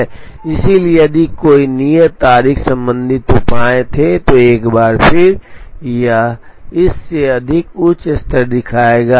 इसलिए यदि कोई नियत तारीख संबंधित उपाय थे तो एक बार फिर यह इस से अधिक उच्च स्तर दिखाएगा